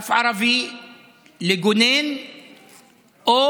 אף ערבי שרוצה לגונן או